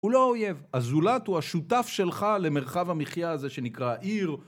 הוא לא אויב, הזולת הוא השותף שלך למרחב המחיה הזה שנקרא עיר,